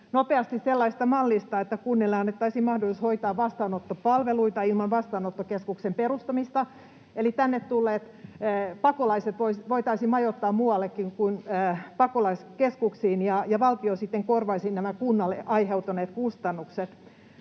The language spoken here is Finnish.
nopeasti sellaisesta mallista, että kunnille annettaisiin mahdollisuus hoitaa vastaanottopalveluita ilman vastaanottokeskuksen perustamista eli tänne tulleet pakolaiset voitaisiin majoittaa muuallekin kuin pakolaiskeskuksiin ja valtio sitten korvaisi nämä kunnille aiheutuneet kustannukset.